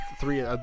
three